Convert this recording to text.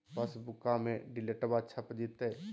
पासबुका में डिटेल्बा छप जयते?